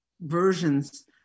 versions